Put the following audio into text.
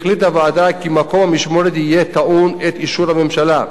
הוועדה החליטה כי מקום המשמורת יהיה טעון אישור של הממשלה.